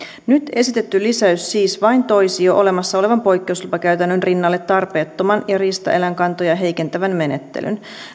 nyt esitetty lisäys siis vain toisi jo olemassa olevan poikkeuslupakäytännön rinnalle tarpeettoman ja riistaeläinkantoja heikentävän menettelyn